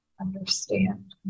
understand